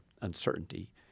uncertainty